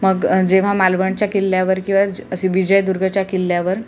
मग जेव्हा मालवणच्या किल्ल्यावर किंवा असे विजयदुर्गच्या किल्ल्यावर